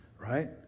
right